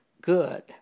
good